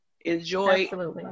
enjoy